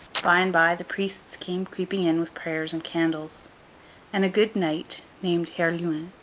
by-and-by, the priests came creeping in with prayers and candles and a good knight, named herluin,